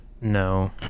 No